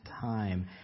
time